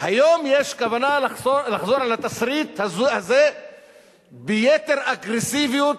היום יש כוונה לחזור על התסריט הזה ביתר אגרסיביות